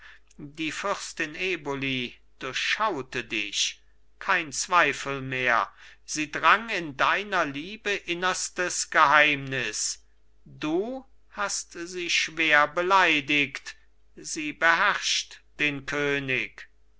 die fürstin eboli durschaute dich kein zweifel mehr sie drang in deiner liebe innerstes geheimnis du hast sie schwer beleidigt sie beherrscht den könig